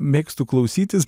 mėgstu klausytis